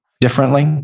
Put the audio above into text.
differently